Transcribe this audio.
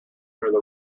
through